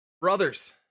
Brothers